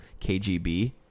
KGB